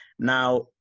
Now